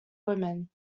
women